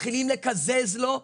מתחילים לקזז לו,